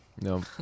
No